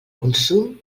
costum